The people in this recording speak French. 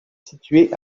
situé